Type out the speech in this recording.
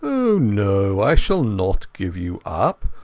no, i shall not give you up.